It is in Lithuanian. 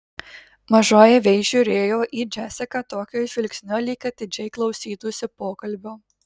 mažoji vei žiūrėjo į džesiką tokiu žvilgsniu lyg atidžiai klausytųsi pokalbio